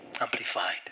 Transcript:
Amplified